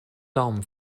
daumen